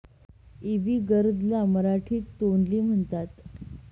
इवी gourd ला मराठीत तोंडली म्हणतात